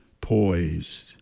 poised